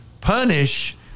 punish